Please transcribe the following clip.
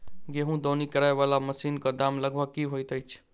गेंहूँ दौनी करै वला मशीन कऽ दाम लगभग की होइत अछि?